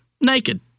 naked